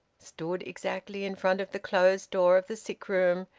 stood exactly in front of the closed door of the sick-room,